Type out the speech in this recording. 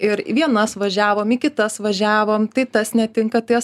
ir į vienas važiavom į kitas važiavom tai tas netinka tas